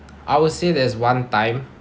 I will say there's one time